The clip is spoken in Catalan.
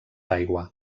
aigua